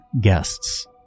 guests